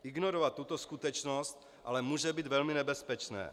Ignorovat tuto skutečnost ale může být velmi nebezpečné.